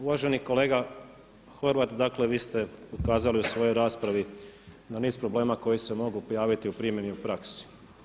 Uvaženi kolega Horvat, dakle vi ste ukazali u svojoj raspravi na niz problema koje se mogu pojaviti u primjeni u praksi.